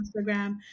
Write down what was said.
Instagram